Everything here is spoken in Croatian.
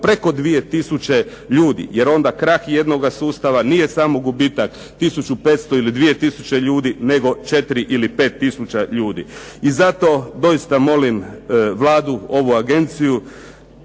preko 2000 ljudi jer onda krah jednoga sustava nije samo gubitak 1500 ili 2000 ljudi nego 4 ili pet tisuća ljudi. Zato doista molim Vladu, ovu Agenciju